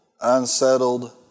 unsettled